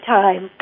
time